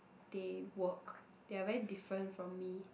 they work they're very different from me